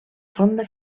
ronda